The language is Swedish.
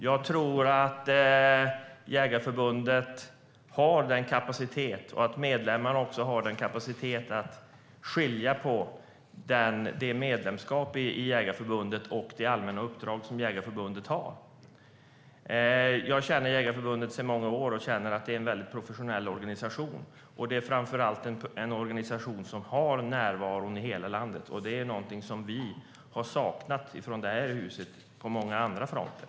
Jag tror att Jägareförbundet och medlemmarna har kapacitet att skilja på medlemskapet i Jägareförbundet och det allmänna uppdrag som Jägareförbundet har. Jag känner Jägareförbundet sedan många år, och det är en mycket professionell organisation. Det är framför allt en organisation som har närvaro i hela landet. Det är någonting som vi från det här huset har saknat på många andra fronter.